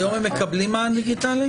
היום הם מקבלים מען דיגיטלי?